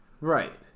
Right